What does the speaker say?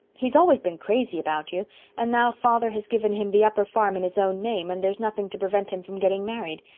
he's always been crazy about you and now father has given him the upper farm in his own name and there's nothing to prevent him from getting married.